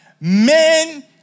men